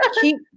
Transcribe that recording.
keep